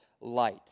light